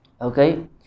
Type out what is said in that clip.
Okay